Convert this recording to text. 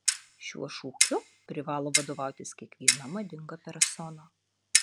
šiuo šūkiu privalo vadovautis kiekviena madinga persona